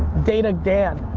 data dan,